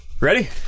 Ready